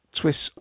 twists